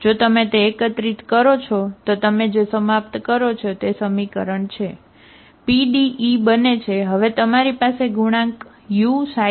જો તમે તે એકત્રિત કરો છો તો તમે જે સમાપ્ત કરો છો તે સમીકરણ છે PDE બને છે હવે તમારી પાસે ગુણાંક uξξ